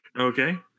Okay